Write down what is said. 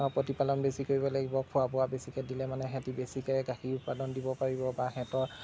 প্ৰতিপালন বেছিকে কৰিব লাগিব খোৱা বোৱা বেছিকে দিলে মানে সিহেঁতি বেছিকে গাখীৰ উৎপাদন দিব পাৰিব বা সেহেঁতৰ